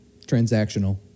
transactional